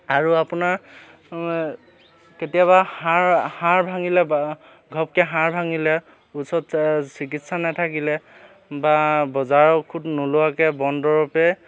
আৰু আপোনাৰ কেতিয়াবা হাঁড় হাঁড় ভাঙিলে বা ঘপকৈ হাঁড় ভাঙিলে ওচৰত চিকিৎসা নাথাকিলে বা বজাৰৰ ঔষধ নোলোৱাকৈ বনদৰৱে